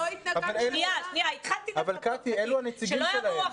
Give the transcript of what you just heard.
אבל, קטי, אלו הנציגים שלהם.